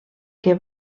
que